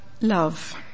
love